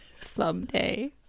Someday